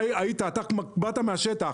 אתה באת מהשטח.